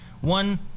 One